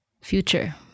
future